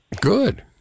Good